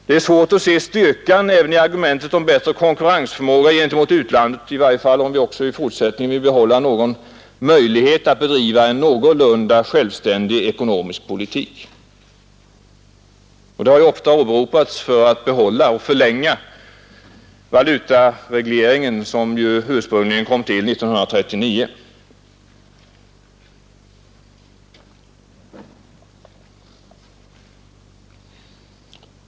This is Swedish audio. Det är svårt att se styrkan även i argumentet om bättre konkurrensförmåga gentemot utlandet, i varje fall om vi också i fortsättningen vill behålla någon möjlighet att bedriva en någorlunda självständig ekonomisk politik. Det har ju ofta åberopats för att man skall behålla och förlänga valutaregleringen, som ursprungligen kom till 1939.